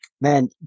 man